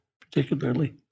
particularly